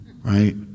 Right